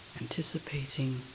anticipating